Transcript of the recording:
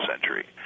century